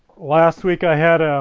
last week i had ah